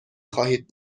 خواهید